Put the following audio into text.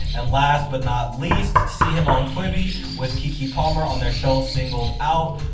and last but not least, see him on quibi with kiki palmer on their show singled out,